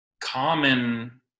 common